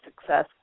success